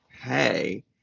hey